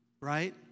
right